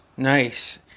Nice